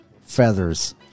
feathers